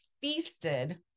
feasted